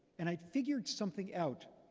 and i figured something out,